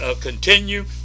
continue